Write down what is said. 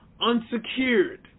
unsecured